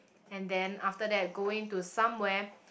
and then after that going to somewhere